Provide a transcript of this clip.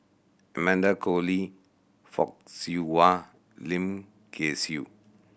Amanda Koe Lee Fock Siew Wah Lim Kay Siu